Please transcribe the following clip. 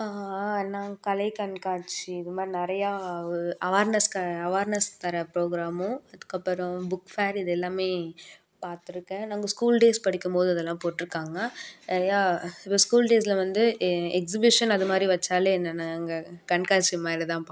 நான் கலை கண்காட்சி இது மாதிரி நிறைய அவர்னஸ் அவர்னஸ் தர ப்ரோக்ராமு அதுக்கப்புறம் புக் ஃபேர் இது எல்லாம் பாத்திருக்கேன் நாங்கள் ஸ்கூல் டேஸ் படிக்கும்போது இதெல்லாம் போட்டுருக்காங்க நிறைய ஸ்கூல் டேஸில் வந்து எக்ஸிபிஸன் அது மாதிரி வைச்சாலே நாங்கள் கண்காட்சி மாதிரி தான் பார்ப்போம்